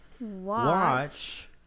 watch